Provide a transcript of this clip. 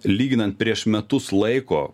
lyginant prieš metus laiko